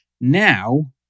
now